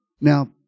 now